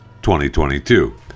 2022